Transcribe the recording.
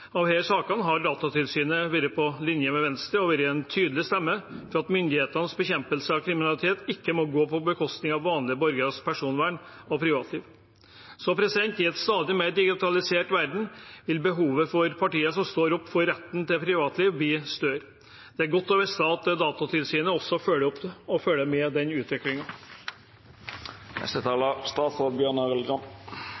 av disse sakene har Datatilsynet vært på linje med Venstre og vært en tydelig stemme for at myndighetenes bekjempelse av kriminalitet ikke må gå på bekostning av vanlige borgeres personvern og privatliv. I en stadig mer digitalisert verden vil behovet for partier som står opp for retten til privatliv, bli større. Det er godt å vite at Datatilsynet også følger opp det og følger med på den